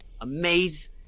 amaze